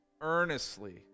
earnestly